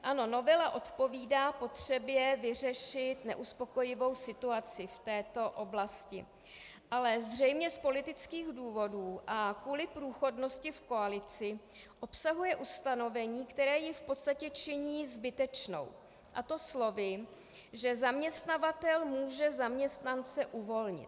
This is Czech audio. Ano, novela odpovídá potřebě vyřešit neuspokojivou situaci v této oblasti, ale zřejmě z politických důvodů a kvůli průchodnosti v koalici obsahuje ustanovení, které ji v podstatě činí zbytečnou, a to slovy, že zaměstnavatel může zaměstnance uvolnit.